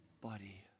body